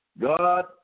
God